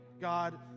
God